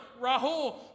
Rahul